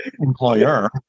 employer